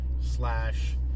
slash